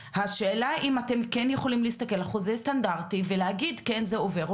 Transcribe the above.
השאלה אם אתם כן יכולים להסתכל על חוזה סטנדרטי ולהגיד כן זה עובר,